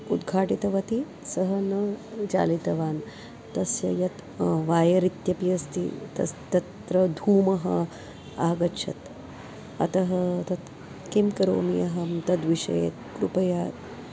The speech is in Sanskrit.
उद्घाटितवती सः न चलितवान् तस्य यत् वायर् इत्यपि अस्ति तस् तत्र धूमः आगच्छत् अतः तत् किं करोमि अहं तद्विषये कृपया